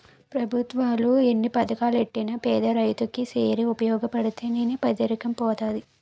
పెభుత్వాలు ఎన్ని పథకాలెట్టినా పేదరైతు కి సేరి ఉపయోగపడితే నే పేదరికం పోతది